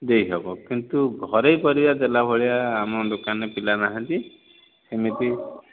ଦେଇ ହେବ କିନ୍ତୁ ଘରେ ପରିବା ଦେଲା ଭଳିଆ ଆମ ଦୋକାନରେ ପିଲା ନାହାନ୍ତି ସେମିତି